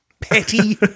petty